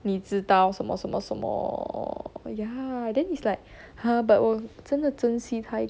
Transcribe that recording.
你知道什么什么什么 ya then it's like !huh! but 我真的珍惜她